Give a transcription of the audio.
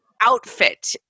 outfit